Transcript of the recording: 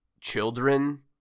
children